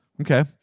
Okay